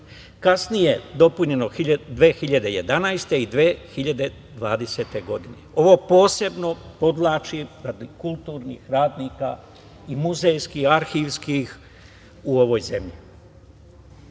kasnije dopunjeno 2011. godine i 2020. godine. Ovo posebno podvlačim radi kulturnih radnika i muzejskih, arhivskih u ovoj zemlji. Od